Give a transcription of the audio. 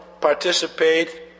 participate